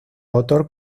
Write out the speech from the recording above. autor